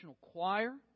choir